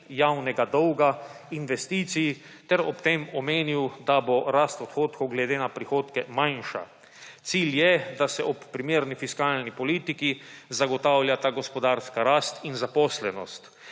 javnega dolga, investicij ter ob tem omenil, da bo rast odhodkov glede na prihodke manjša. Cilj je, da se ob primerni fiskalni politiki zagotavljata gospodarska rast in zaposlenost.